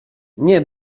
nie